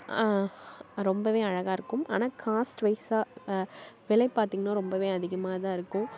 ரொம்பவே அழகாக இருக்கும் ஆனால் காஸ்ட் வைஸாக விலை பார்த்தீங்கன்னா ரொம்பவே அதிகமாக தான் இருக்கும்